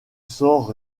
sort